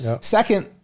second